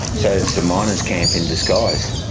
so it's a miners' camp in disguise.